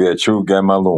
kviečių gemalų